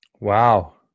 Wow